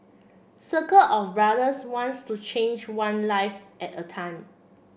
circle of brothers wants to change one life at a time